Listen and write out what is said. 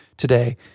today